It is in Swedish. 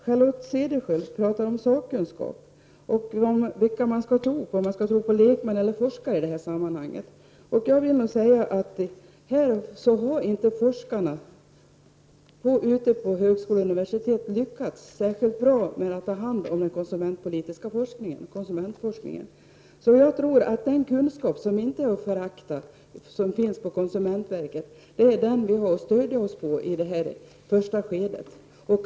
Charlotte Cederschiöld talar om sakkunskaper och frågar vilka man skall tro på, lekmän eller forskare, i det sammanhanget. Då vill jag säga att forskare ute på högskolor och universitet inte har lyckats särskilt bra med konsumentforskning. Jag tror att den kunskap som finns på konsumentverket och som inte är att förakta är den som vi får stödja oss på i det första skedet.